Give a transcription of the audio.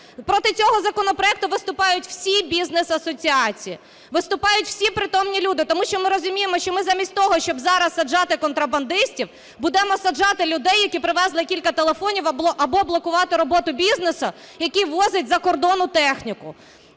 Проти цього законопроекту виступають всі бізнес асоціації, виступають всі притомні люди, тому що ми розуміємо, що ми замість того, щоб зараз саджати контрабандистів, будемо саджати людей, які привезли кілька телефонів або блокувати роботу бізнесу, який возить із-за кордону техніку.